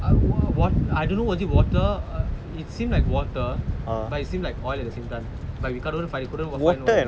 I don't know what I don't know was it water it seemed like water or like seem like oil at the same time but we couldn't find what was that